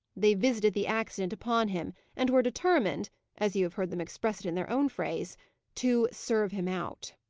they visited the accident upon him, and were determined as you have heard them express it in their own phrase to serve him out.